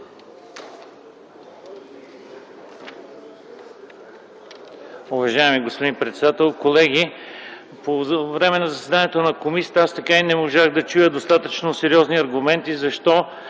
Уважаеми господин председател, колеги, по време на заседанието на комисията аз така и не можах да чуя достатъчно сериозни аргументи защо